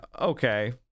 okay